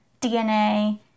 DNA